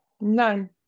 None